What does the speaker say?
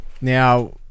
Now